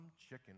chicken